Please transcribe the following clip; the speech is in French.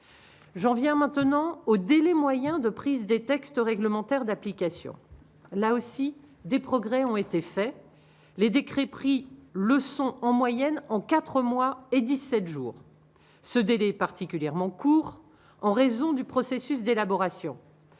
J'en viens maintenant au délai moyen de prise des textes réglementaires d'application, là aussi, des progrès ont été faits, les décrets pris le en moyenne en 4 mois et 17 jours ce délai particulièrement court en raison du processus d'élaboration